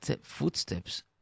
footsteps